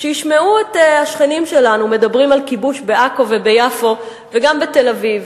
שישמעו את השכנים שלנו מדברים על כיבוש בעכו וביפו וגם בתל-אביב.